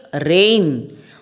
rain